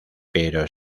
pero